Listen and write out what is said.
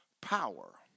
power